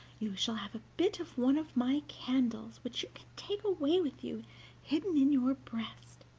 you shall have a bit of one of my candles, which you can take away with you hidden in your breast.